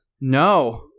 No